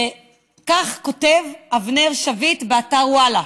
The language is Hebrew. וכך כותב אבנר שביט באתר וואלה,